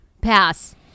Pass